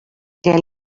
què